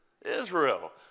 Israel